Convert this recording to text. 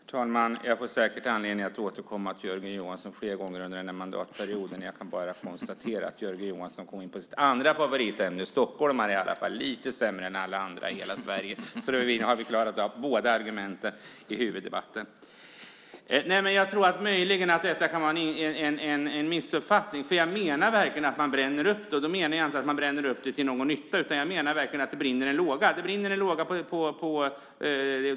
Herr talman! Jag får säkert anledning att återkomma till Jörgen Johansson fler gånger under mandatperioden. Jag kan bara konstatera att han kom in på sitt andra favoritämne: Stockholmare är i alla fall lite sämre än alla andra i Sverige. Då har vi alltså klarat av båda argumenten i huvuddebatten. Jag tror möjligen att detta kan vara en missuppfattning. Jag menar verkligen att man bränner upp det, och då menar jag inte att man bränner upp det till någon nytta, utan jag menar att det brinner en låga.